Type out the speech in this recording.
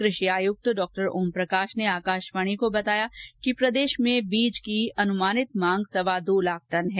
कृषि आयुक्त डॉ ओम प्रकाश ने आकाशवाणी को बताया कि प्रदेश में बीज की अनुमानित मांग सवा दो लाख टन है